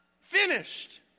finished